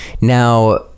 Now